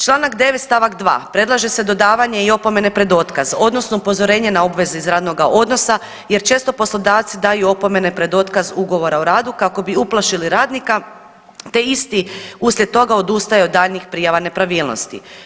Članak 9. stavak 2. predlaže se dodavanje i opomene pred otkaz odnosno upozorenje na obvezu iz radnoga odnosa jer često poslodavci daju opomene pred otkaz ugovora o radu kako bi uplašili radnika te isti uslijed toga odustaju od daljnjih prijava nepravilnosti.